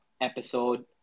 episode